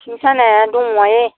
सिं सानाया दङहाय